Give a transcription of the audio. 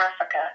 Africa